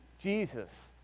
Jesus